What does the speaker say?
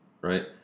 right